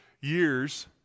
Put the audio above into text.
years